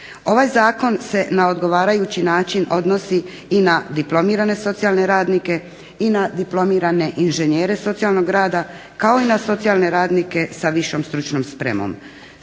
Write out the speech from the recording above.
Ovaj zakon se na odgovarajući način odnosi na diplomirane socijalne radnike i na diplomirane inženjere socijalnog rada kao i na socijalne radnike sa višom stručnom spremom.